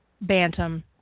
Bantam